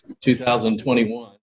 2021